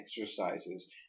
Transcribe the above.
exercises